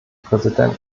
präsident